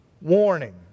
Warning